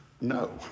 no